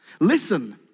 Listen